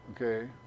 Okay